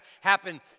happen